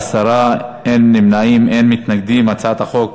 ההצעה להעביר את הצעת חוק